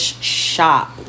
shop